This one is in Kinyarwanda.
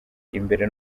imbere